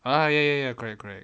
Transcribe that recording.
ah ya ya ya correct correct